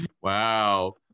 wow